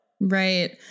right